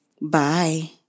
Bye